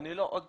עוד פעם,